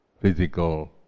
physical